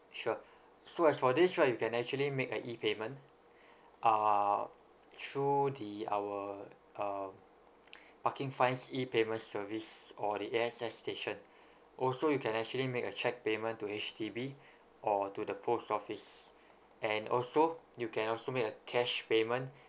sure so as for this right you can actually make a E payment uh through the our um parking fines E payment service or the A_X_S station also you can actually make a cheque payment to H_D_B or to the post office and also you can also make a cash payment